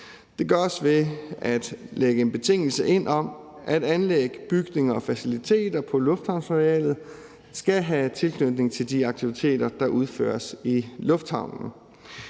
Det gøres ved at lægge en betingelse ind om, at anlæg, bygninger og faciliteter på lufthavnsarealet skal have tilknytning til de aktiviteter, der udføres i lufthavnen.